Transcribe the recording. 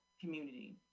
community